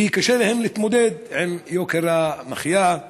וקשה להן להתמודד עם יוקר המחיה.